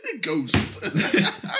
ghost